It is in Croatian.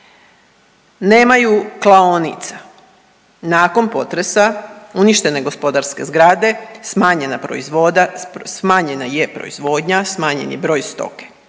Nemaju klaonica, nakon potresa uništene gospodarske zgrade, smanjenja je proizvodnja, smanjen je broj stoke.